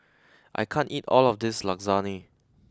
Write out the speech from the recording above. I can't eat all of this Lasagne